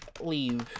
leave